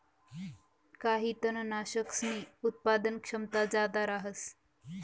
काही तननाशकसनी उत्पादन क्षमता जादा रहास